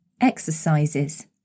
Exercises